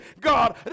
God